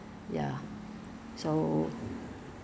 then at night only at night when you put cream I don't think it's